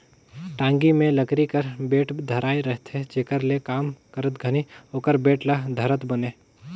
टागी मे लकरी कर बेठ धराए रहथे जेकर ले काम करत घनी ओकर बेठ ल धरत बने